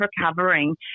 recovering